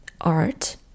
art